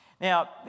Now